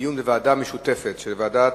דיון בוועדה משותפת של ועדת